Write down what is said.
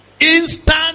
Instant